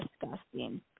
disgusting